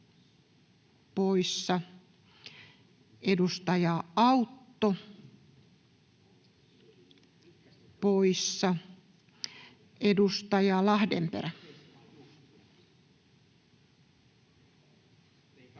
poissa, edustaja Autto poissa. — Edustaja Lahdenperä.